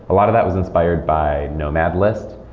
a lot of that was inspired by nomad list.